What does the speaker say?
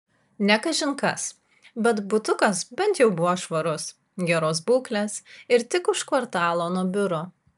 ne kažin kas bet butukas bent jau buvo švarus geros būklės ir tik už kvartalo nuo biuro